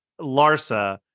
Larsa